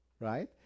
right